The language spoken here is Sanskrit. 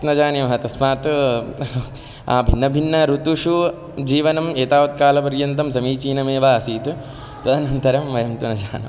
न जानीमः तस्मात् भिन्नभिन्नऋतुषु जीवनम् एतावत्कालपर्यन्तं समीचीनमेव आसीत् तदनन्तरम् वयं तु न जानीमः